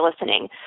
listening